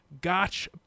Gotch